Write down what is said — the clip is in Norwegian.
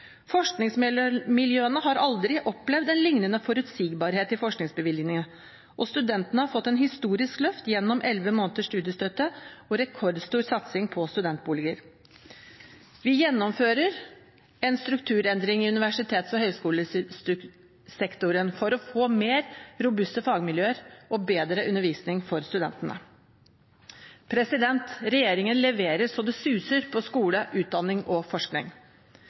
har aldri opplevd en lignende forutsigbarhet i forskningsbevilgningene, og studentene har fått et historisk løft gjennom elleve måneders studiestøtte og rekordstor satsing på studentboliger. Vi gjennomfører en strukturendring i universitets- og høyskolesektoren for å få mer robuste fagmiljøer og bedre undervisning for studentene. Regjeringen leverer så det suser på skole, utdanning og forskning.